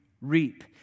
reap